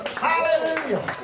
hallelujah